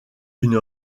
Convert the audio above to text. une